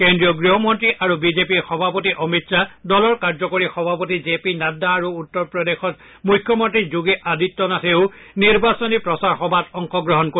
কেন্দ্ৰীয় গৃহমন্ত্ৰী আৰু বিজেপিৰ সভাপতি অমিত শ্বাহ দলৰ কাৰ্যকৰী সভাপতি জে পি নাড্ডা আৰু উত্তৰ প্ৰদেশৰ মুখ্যমন্তী যোগী আদিত্যনাথেও নিৰ্বাচনী প্ৰচাৰ সভাত অংশগ্ৰহণ কৰিব